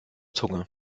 zunge